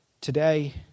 today